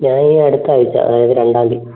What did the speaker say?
ഞാൻ ഈ അടുത്ത ആഴ്ച അതായത് രണ്ടാം തീയതി